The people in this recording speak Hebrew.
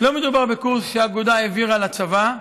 לא מדובר בקורס שהאגודה העבירה לצבא,